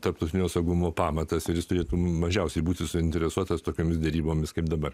tarptautinio saugumo pamatas ir jis turėtų mažiausiai būti suinteresuotas tokiomis derybomis kaip dabar